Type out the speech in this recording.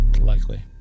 Likely